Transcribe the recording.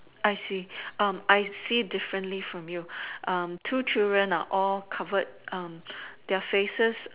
I see I see differently from you two children are all covered their faces